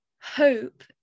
hope